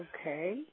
Okay